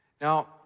Now